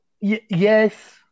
yes